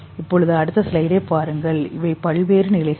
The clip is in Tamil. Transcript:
இவை பல்வேறு நிலைகள்